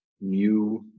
new